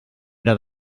era